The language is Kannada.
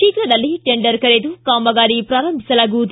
ಶೀಘ್ರದಲ್ಲೇ ಟೆಂಡರ್ ಕರೆದು ಕಾಮಗಾರಿ ಪ್ರಾರಂಭಿಸಲಾಗುವುದು